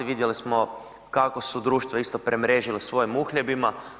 Vidjeli smo kako su društvo isto premrežili svojim uhljebima.